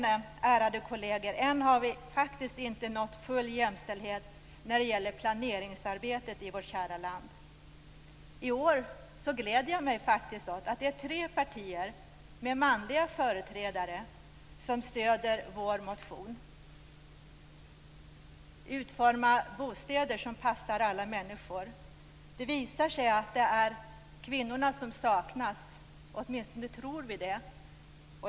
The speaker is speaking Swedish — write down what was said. Men, ärade kolleger, vi har ännu inte nått full jämställdhet i planeringsarbetet i vårt kära land. I år gläder jag mig åt att faktiskt tre partier med manliga företrädare stöder vår motion om utformning av bostäder som passar alla människor. Det är kvinnorna som saknas - åtminstone tror vi det.